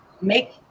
make